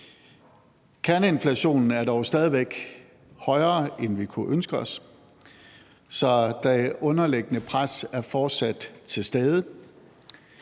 Kerneinflationen er dog stadig væk højere, end vi kunne ønske os, så det underlæggende pres er fortsat til stede.